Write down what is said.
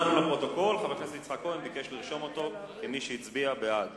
אני קובע שהצעת חוק מס הכנסה (תרומה לקרן